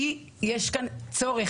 כי יש כאן צורך,